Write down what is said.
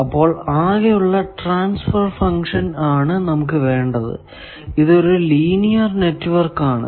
അപ്പോൾ ആകെ ഉള്ള ട്രാൻസ്ഫർ ഫങ്ക്ഷൻ ആണ് നമുക്ക് വേണ്ടത് ഇത് ഒരു ലീനിയർ നെറ്റ്വർക്ക് ആണ്